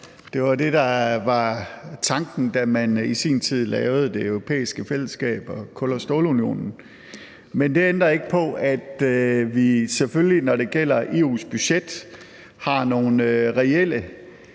der var tanken, da man i sin tid lavede Det Europæiske Fællesskab og Kul- og Stålunionen. Men det ændrer ikke på, at vi selvfølgelig, når det gælder EU's budget, har nogle reelle,